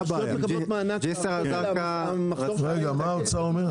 רגע מה האוצר אומר?